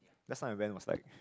just now I went was like